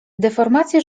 deformacje